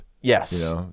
Yes